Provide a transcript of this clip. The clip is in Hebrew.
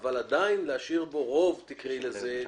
אבל עדיין להשאיר בו רוב, תקראי לזה כך,